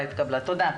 תודה.